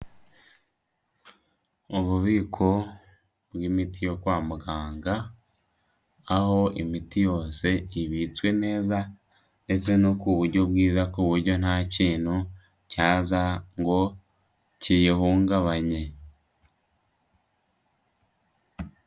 Ububiko bw'imiti yo kwa muganga, aho imiti yose ibitswe neza ndetse no ku buryo bwiza ku buryo nta kintu cyaza ngo kiyihungabanye.